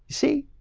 see?